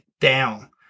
down